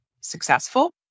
successful